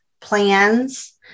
plans